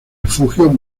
refugios